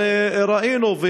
אבל ראינו,